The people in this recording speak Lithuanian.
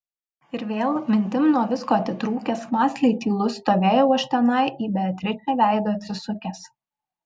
ir vėl mintim nuo visko atitrūkęs mąsliai tylus stovėjau aš tenai į beatričę veidu atsisukęs